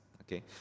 Okay